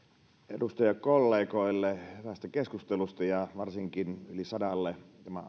edustajakollegoille hyvästä keskustelusta ja varsinkin yli sadalle tämän